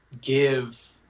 give